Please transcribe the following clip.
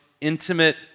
intimate